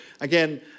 again